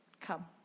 come